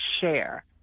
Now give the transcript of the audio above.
share